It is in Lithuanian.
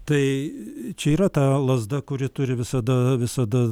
tai čia yra ta lazda kuri turi visada visada